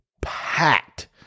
packed